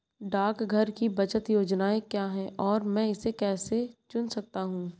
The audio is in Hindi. डाकघर की बचत योजनाएँ क्या हैं और मैं इसे कैसे चुन सकता हूँ?